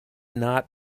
not